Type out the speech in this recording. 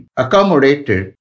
accommodated